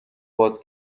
باد